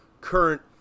current